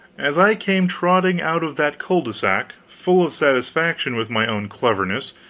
as i came trotting out of that cul de sac, full of satisfaction with my own cleverness,